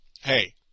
hey